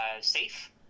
safe